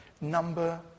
number